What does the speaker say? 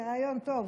זה רעיון טוב.